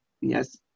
Yes